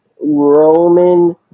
Roman